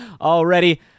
already